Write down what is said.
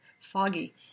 foggy